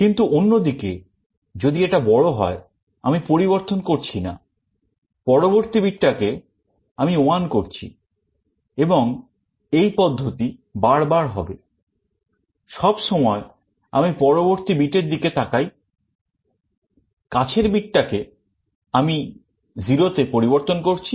কিন্তু অন্যদিকে যদি এটা বড় হয় আমি পরিবর্তন করছি না পরবর্তী বিট টা কে 1 এ পরিবর্তন করছি